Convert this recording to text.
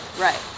Right